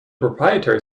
proprietary